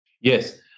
Yes